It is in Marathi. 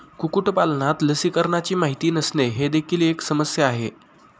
कुक्कुटपालनात लसीकरणाची माहिती नसणे ही देखील एक समस्या आहे